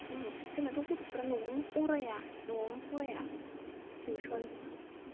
जोंनाथ' गथ'फ्रा न'आवनो फराया न'आवनो फराया थिउसन